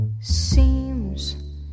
seems